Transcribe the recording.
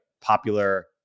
popular